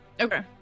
Okay